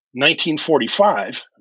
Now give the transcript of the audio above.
1945